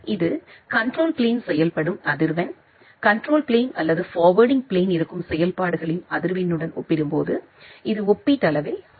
எனவே இது control plane செயல்படும் அதிர்வெண் கண்ட்ரோல் பிளேன் அல்லது ஃபார்வேர்டிங் பிளேன் இருக்கும் செயல்பாடுகளின் அதிர்வெண்ணுடன் ஒப்பிடும்போது இது ஒப்பீட்டளவில் அதிகமாகும்